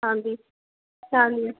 ਹਾਂਜੀ ਹਾਂਜੀ